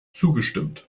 zugestimmt